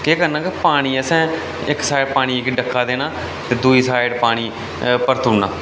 केह् करना के पानी असें इक साइड पानिया गी डक्का देना ते दूई साइड परती ओड़ना